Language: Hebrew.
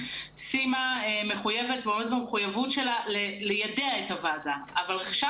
סימה מחויבת ליידע את הוועדה אבל רכישה